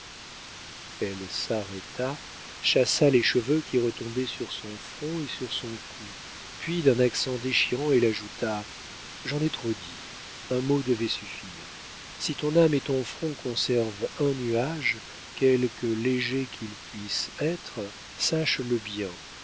elle s'arrêta chassa les cheveux qui retombaient sur son front et sur son cou puis d'un accent déchirant elle ajouta j'en ai trop dit un mot devait suffire si ton âme et ton front conservent un nuage quelque léger qu'il puisse être sache-le bien